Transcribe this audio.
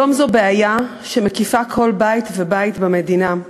היום זו בעיה שמקיפה כל בית ובית במדינה,